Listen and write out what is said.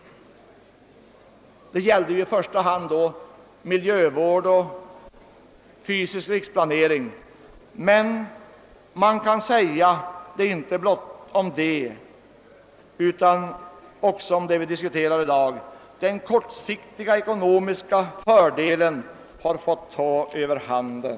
Det gällde i första hand då miljövård och fysisk riksplanering, men man kan säga så inte blott om det, utan också om det som vi diskuterar i dag: den kortsiktiga ekonomiska fördelningen har fått ta överhanden.